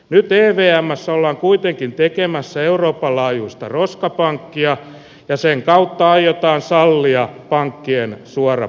nyt terveemmässä ollaan kuitenkin tekemässä euroopan laajuista roskapankkia ja sen kautta aiotaan sallia pankkien suorat